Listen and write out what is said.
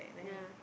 yeah